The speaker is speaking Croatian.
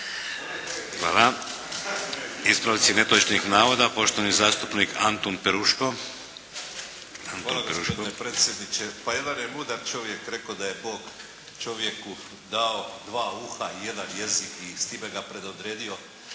Hvala. Ispravci netočnih navoda poštovani zastupnik Anton Peruško. **Peruško, Anton (SDP)** Hvala gospodine predsjedniče. Pa jedan je mudar čovjek rekao da je Bog čovjeku dao dva uha i jedan jezik i s time ga predodredio